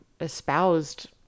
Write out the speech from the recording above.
espoused